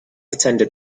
attended